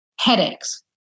headaches